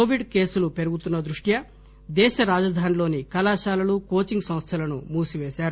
Covid కేసులు పెరుగుతున్న దృష్ట్య్యా దేశ రాజధానిలోని కళాశాలలు కోచింగ్ సంస్దలను మూసిపేశారు